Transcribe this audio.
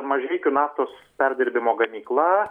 mažeikių naftos perdirbimo gamykla